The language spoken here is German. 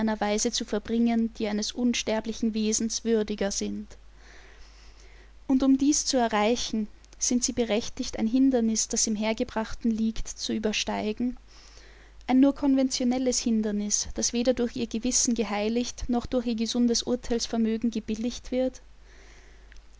zu verbringen die eines unsterblichen wesens würdiger sind und um dies zu erreichen sind sie berechtigt ein hindernis das im hergebrachten liegt zu übersteigen ein nur konventionelles hindernis das weder durch ihr gewissen geheiligt noch durch ihr gesundes urteilsvermögen gebilligt wird